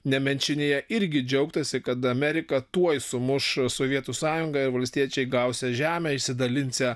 nemenčinėje irgi džiaugtasi kad amerika tuoj sumuš sovietų sąjungą ir valstiečiai gausią žemę išsidalinsią